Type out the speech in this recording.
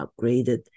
upgraded